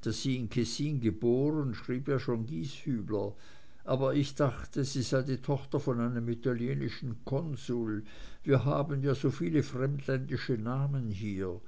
daß sie in kessin geboren schrieb ja schon gieshübler aber ich dachte sie sei die tochter von einem italienischen konsul wir haben ja so viele fremdländische namen hier